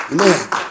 Amen